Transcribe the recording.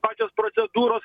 pačios procedūros